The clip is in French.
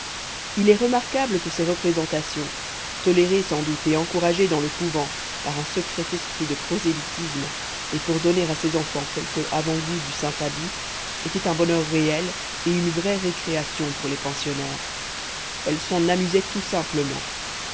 il est remarquable que ces représentations tolérées sans doute et encouragées dans le couvent par un secret esprit de prosélytisme et pour donner à ces enfants quelque avant-goût du saint habit étaient un bonheur réel et une vraie récréation pour les pensionnaires elles s'en amusaient tout simplement